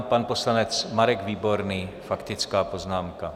Pan poslanec Marek Výborný, faktická poznámka.